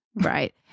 Right